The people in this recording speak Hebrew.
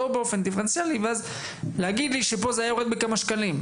באופן דיפרנציאלי ואז להגיד לי שפה זה היה יורד בכמה שקלים.